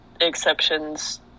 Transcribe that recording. exceptions